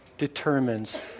determines